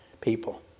people